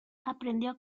aprendió